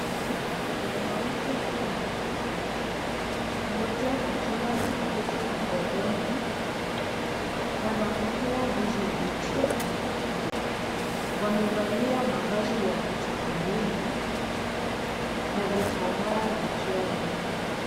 Wanawake wawili, mmoja akiwa na mtoto mgogoni, wanapokea ndizi mbichi. Wamevalia mavazi ya kitamaduni na vitambaa vichwani.